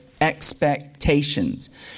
expectations